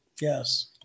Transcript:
yes